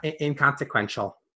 inconsequential